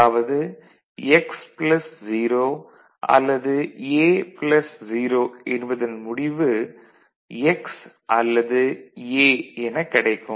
அதாவது x 0 அல்லது a 0 என்பதன் முடிவு x அல்லது a எனக் கிடைக்கும்